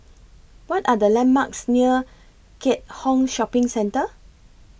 What Are The landmarks near Keat Hong Shopping Centre